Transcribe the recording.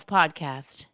Podcast